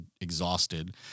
exhausted